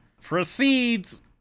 proceeds